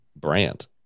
brand